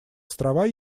острова